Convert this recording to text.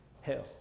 hell